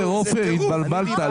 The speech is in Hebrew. עופר, אתה התבלבלת.